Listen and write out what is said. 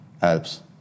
helps